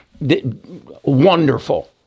wonderful